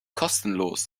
kostenlos